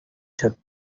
took